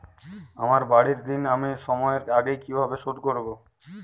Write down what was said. আমার বাড়ীর ঋণ আমি সময়ের আগেই কিভাবে শোধ করবো?